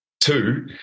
Two